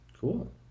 Cool